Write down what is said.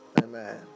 Amen